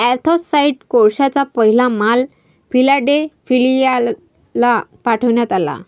anthracite कोळशाचा पहिला माल फिलाडेल्फियाला पाठविण्यात आला